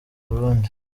burundi